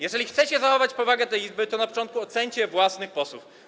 Jeżeli chcecie zachować powagę tej Izby, to na początku oceńcie własnych posłów.